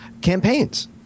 campaigns